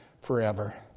forever